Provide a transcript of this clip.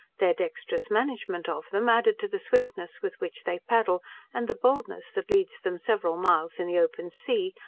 their dexterous management of them, added to the swiftness with which they paddle and the boldness that leads them several miles in the open sea,